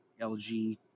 LG